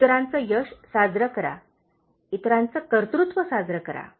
इतरांचे यश साजरे करा इतरांचे कर्तृत्व साजरे करा